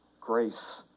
grace